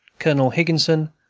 colonel higginson,